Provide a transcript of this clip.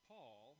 Paul